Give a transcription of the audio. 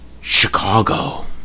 Chicago